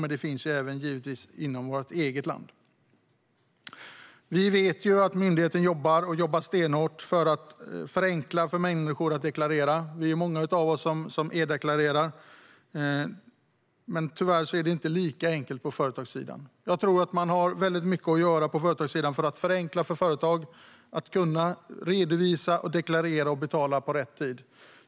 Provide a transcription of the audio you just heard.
Men det finns givetvis även inom vårt eget land. Vi vet att myndigheten jobbar stenhårt för att förenkla för människor att deklarera. Det är många av oss som e-deklarerar, men tyvärr är det inte lika enkelt på företagssidan. Man har väldigt mycket att göra på företagssidan för att förenkla för företag att kunna redovisa, deklarera och betala i rätt tid.